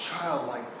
childlike